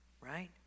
right